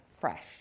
fresh